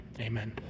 Amen